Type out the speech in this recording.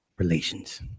relations